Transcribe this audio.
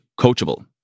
coachable